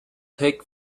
take